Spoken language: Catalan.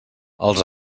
els